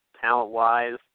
talent-wise